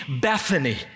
Bethany